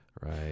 Right